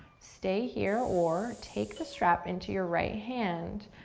stay here or take the strap into your right hand.